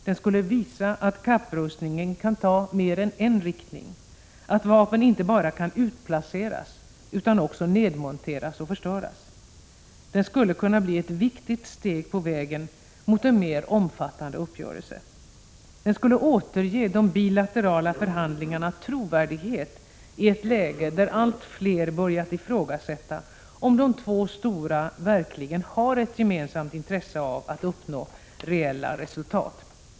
Den skulle visa att kapprustningen kan ta mer än en riktning, att vapen inte bara kan utplaceras utan också nedmonteras och förstöras. Den skulle kunna bli ett viktigt steg på vägen mot en mer omfattande uppgörelse. Den skulle återge de bilaterala förhandlingarna trovärdighet i ett läge där allt fler börjat ifrågasätta om de två stora verkligen har ett gemensamt intresse av att uppnå reella resultat.